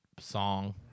song